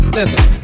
Listen